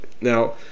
Now